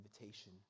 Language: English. invitation